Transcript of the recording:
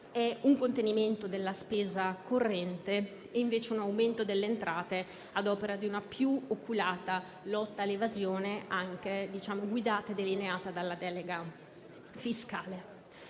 è un contenimento della spesa corrente e un aumento delle entrate, ad opera di una più oculata lotta all'evasione, guidata e delineata dalla delega fiscale,